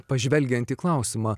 pažvelgiantį klausimą